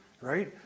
right